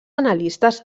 analistes